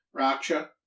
Raksha